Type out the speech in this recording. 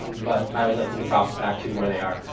but i always like to give props back to where they are.